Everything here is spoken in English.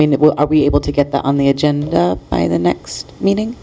mean it will be able to get that on the agenda by the next meeting